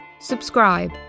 subscribe